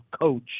coach